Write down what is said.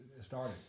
started